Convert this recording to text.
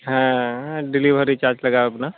ᱦᱮᱸ delivery charge ᱞᱟᱜᱟᱣ ᱵᱮᱱᱟ